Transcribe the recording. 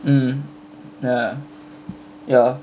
mm ya ya